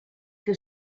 que